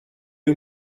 you